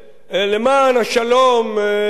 למען השלום כדאי,